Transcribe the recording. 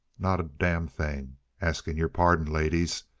not a damn thing asking your pardon, ladies!